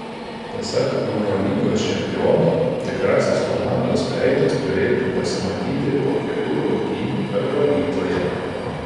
pasak eurolygos čempiono tikrasis komandos veidas turėtų pasimatyti po kelių rungtynių eurolygoje